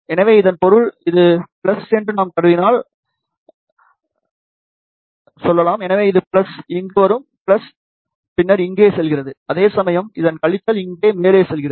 எனவே இதன் பொருள் இது என்று நாம் கருதினால் சொல்லலாம் எனவே இது இங்கு வரும் பின்னர் இங்கே செல்கிறது அதேசமயம் இதன் கழித்தல் இங்கே மேலே செல்கிறது